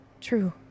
true